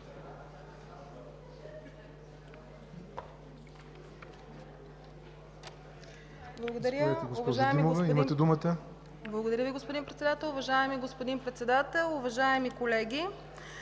Благодаря Ви, господин Председател. Уважаеми господин